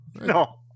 No